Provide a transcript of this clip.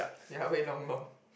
ya wait long long